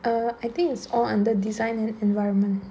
err I think it's all under design and environment